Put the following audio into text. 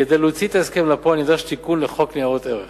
כדי להוציא את ההסכם לפועל נדרש תיקון לחוק ניירות ערך